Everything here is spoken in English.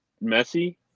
messy